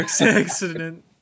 accident